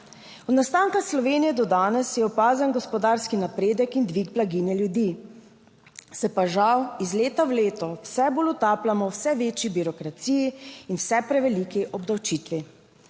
Od nastanka Slovenije do danes je opazen gospodarski napredek in dvig blaginje ljudi, se pa žal iz leta v leto vse bolj utapljamo vse večji birokraciji in vse preveliki obdavčitvi.